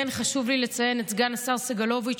כן חשוב לי לציין את סגן השר סגלוביץ',